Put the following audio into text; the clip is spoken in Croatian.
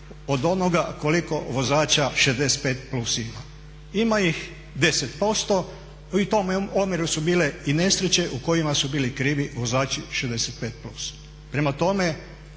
od onoga koliko vozača 65 plus ima. Ima ih 10% i u tome omjeru su bile i nesreće u kojima su bili krivi vozači 65 plus. Prema tome,